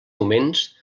moments